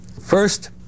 First